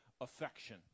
affection